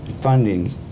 funding